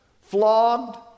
flogged